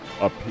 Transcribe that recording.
up